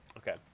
Okay